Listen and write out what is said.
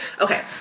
Okay